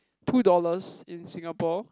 two dollars in Singapore